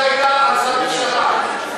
את ההצעה שלך,